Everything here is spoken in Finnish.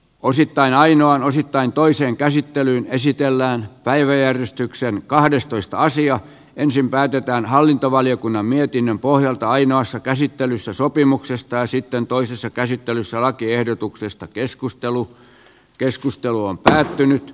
osittain ainoan osittain toiseen käsittelyyn esitellään päiväjärjestykseen kahdestoista asiaa ensin päätetään hallintovaliokunnan mietinnön pohjalta ainoassa käsittelyssä sopimuksesta ja sitten toisessa käsittelyssä lakiehdotuksesta keskustelu keskustelu on päättynyt